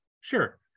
sure